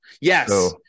Yes